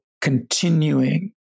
continuing